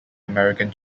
american